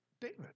David